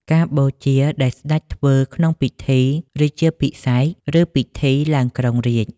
ការបូជាដែលស្ដេចធ្វើក្នុងពិធីរាជាភិសេក ឫពិធីឡើងគ្រងរាជ្យ។